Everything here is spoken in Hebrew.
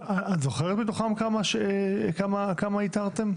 את זוכרת מתוכן כמה איתרתם?